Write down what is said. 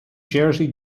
jersey